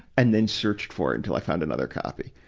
and then searched for it until i found another copy.